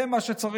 זה מה שצריך,